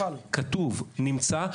כתוב שזה נמצא.